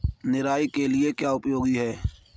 निराई के लिए क्या उपयोगी है?